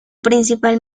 principal